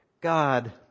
God